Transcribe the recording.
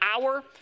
hour